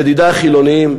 ידידי החילונים,